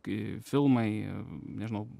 kai filmai nežinau